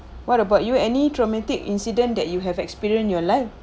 what about you any traumatic incident that you have experience in your life